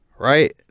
right